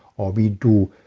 or we do.